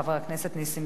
חבר הכנסת נסים